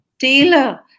tailor